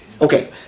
Okay